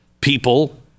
people